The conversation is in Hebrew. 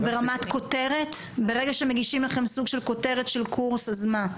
ברגע שמגישים לכם סוג של כותרת של קורס, אז מה?